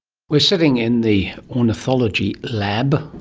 we are sitting in the ornithology lab,